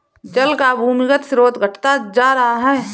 जल का भूमिगत स्रोत घटता जा रहा है